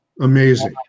amazing